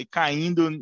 caindo